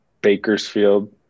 Bakersfield